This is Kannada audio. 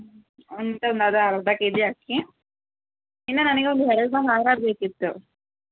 ಅಂತ ಒಂದು ಅದು ಅರ್ಧ ಕೆ ಜಿ ಹಾಕಿ ಇನ್ನು ನನಗೆ ಒಂದು ಎರಡು ಹಾರ ಬೇಕಿತ್ತು